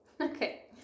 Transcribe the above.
Okay